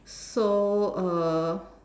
so uh